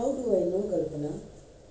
cause you are the one who ask me to buy [what]